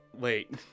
wait